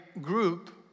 group